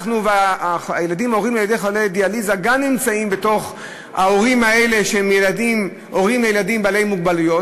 והורים לילדים חולי דיאליזה גם הם בין ההורים לילדים בעלי מוגבלויות,